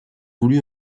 voulu